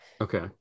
okay